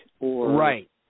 Right